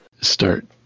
start